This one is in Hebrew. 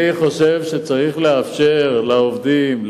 אני חושב שצריך לאפשר לעובדים,